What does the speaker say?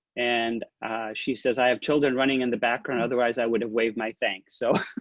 and she says, i have children running in the background, otherwise i would've waved my thanks. so